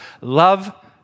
love